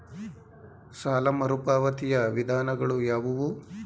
ಸಾಲ ಮರುಪಾವತಿಯ ವಿಧಾನಗಳು ಯಾವುವು?